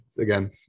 again